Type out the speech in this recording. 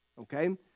okay